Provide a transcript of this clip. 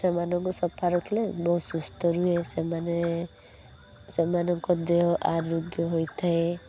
ସେମାନଙ୍କୁ ସଫା ରଖିଲେ ବହୁତ ସୁସ୍ଥ ରୁହେ ସେମାନେ ସେମାନଙ୍କ ଦେହ ଆରୋଗ୍ୟ ହୋଇଥାଏ